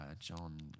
John